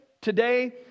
today